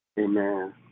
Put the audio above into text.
Amen